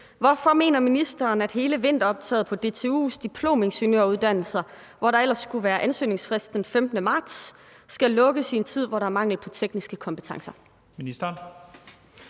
Hvorfor mener ministeren, at hele vinteroptaget på DTU’s diplomingeniøruddannelser, hvor der ellers skulle være ansøgningsfrist den 15. marts, skal lukkes i en tid, hvor der er mangel på tekniske kompetencer?